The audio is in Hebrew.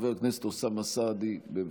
חבר הכנסת אוסאמה סעדי, בבקשה.